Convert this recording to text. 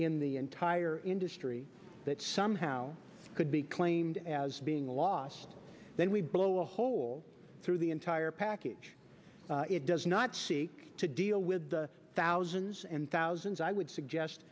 in the entire industry that somehow could be claimed as being lost then we blow a hole through the entire package it does not seek to deal with the thousands and thousands i would suggest